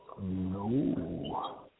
No